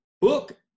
book